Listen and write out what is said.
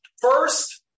first